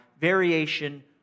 variation